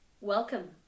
Welcome